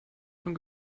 von